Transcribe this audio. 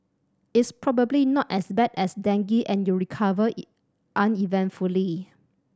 it's probably not as bad as dengue and you recover uneventfully